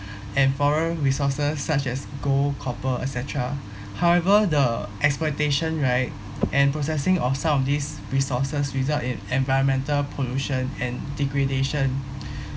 and foreign resources such as gold copper et cetera however the exploitation right and processing of some of these resources result in environmental pollution and degradation